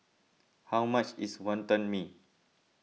how much is Wonton Mee